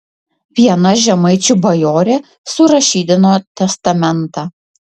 viena žemaičių bajorė surašydino testamentą